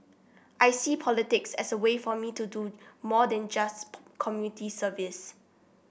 I see politics as a way for me to do more than just community service